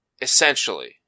Essentially